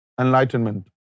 enlightenment